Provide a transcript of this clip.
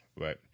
Right